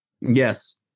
Yes